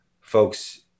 folks